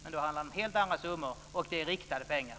Det handlar då om helt andra summor och om riktade pengar.